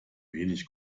wenig